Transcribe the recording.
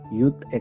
Youth